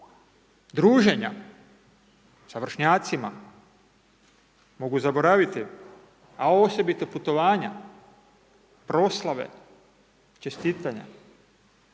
Druženja sa vršnjacima mogu zaboraviti, a osobito putovanja, proslave, čestitanja.